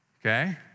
Okay